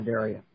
area